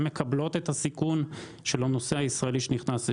הן מקבלות את הסיכון של הנוסע הישראלי שנכנס אליהן.